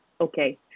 okay